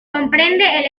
comprende